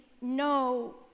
no